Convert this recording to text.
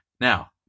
now